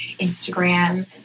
Instagram